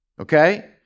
Okay